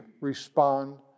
respond